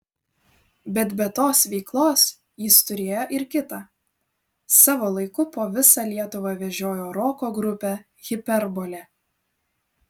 bet be tos veiklos jis turėjo ir kitą savo laiku po visą lietuvą vežiojo roko grupę hiperbolė